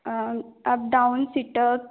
up down sit-ups